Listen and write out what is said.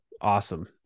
awesome